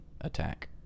attack